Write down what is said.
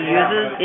uses